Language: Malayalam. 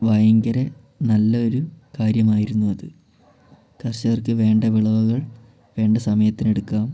ഭയങ്കര നല്ലൊരു കാര്യമായിരുന്നു അത് കർഷകർക്ക് വേണ്ട വിളവുകൾ വേണ്ട സമയത്തിനടുക്കാം